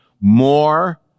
more